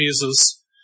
Jesus